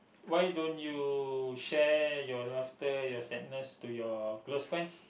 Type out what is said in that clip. why don't you share your laughter your sadness to your girl's friends